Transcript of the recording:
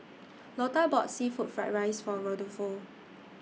Lotta bought Seafood Fried Rice For Rudolfo